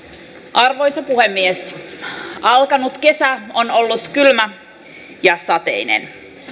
arvoisa puhemies alkanut kesä on ollut kylmä ja sateinen